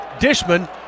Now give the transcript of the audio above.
Dishman